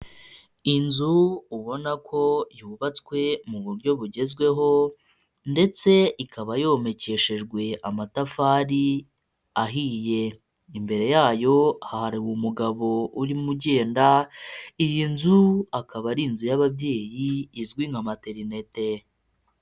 Inzu ubona ko yubatswe mu buryo bugezweho, ndetse ikaba yomekeshejwe amatafari ahiye. Imbere yayo hari umugabo urimo ugenda, iyi nzu akaba ari inzu y'ababyeyi, izwi nka materinete.